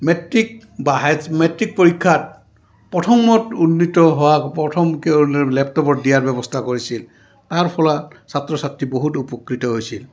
matric বা matric পৰীক্ষাত প্ৰথমত উন্নিত হোৱা প্ৰথমক লেপটপত দিয়াৰ ব্যৱস্থা কৰিছিল তাৰ ফলত ছাত্ৰ ছাত্ৰী বহুত উপকৃত হৈছিল